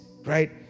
right